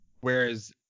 whereas